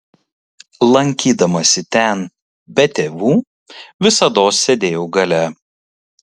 lankydamasi ten be tėvų visados sėdėjau gale